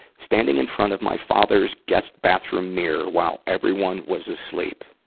standing in front of my father's guest bathroom mirror, while everyone was asleep,